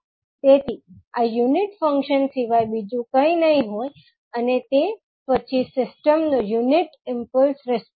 તેથી આ unit function સિવાય બીજું કંઈ નહીં હોય અને તે પછી સિસ્ટમ નો યુનીટ ઈમ્પલ્સ રિસ્પોન્સ